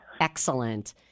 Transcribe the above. Excellent